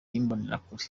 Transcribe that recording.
imbonerakure